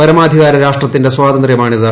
പരമാധികാര രാഷ്ട്രത്തിന്റെ സ്വാതന്ത്ര്യമാണിത്